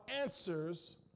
answers